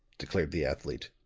declared the athlete.